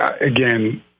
again